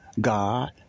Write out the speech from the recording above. God